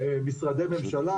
משרדי ממשלה,